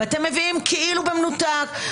אתם מביאים כאילו במנותק.